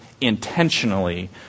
intentionally